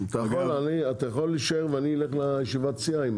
אתה יכול להישאר, ואני אלך לישיבת סיעה.